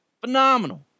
Phenomenal